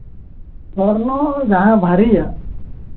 ᱥᱚᱨᱱᱚ ᱡᱟᱦᱟᱸ ᱵᱷᱟᱨᱤᱭᱟᱜ